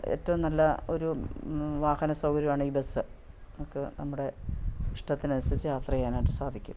ഏറ്റവും നല്ല ഒരു വാഹന സൗകര്യമാണ് ഈ ബസ്സ് ഒക്കെ നമ്മുടെ ഇഷ്ടത്തിന് അനുസരിച്ചു യാത്ര ചെയ്യാനായിട്ട് സാധിക്കും